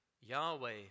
Yahweh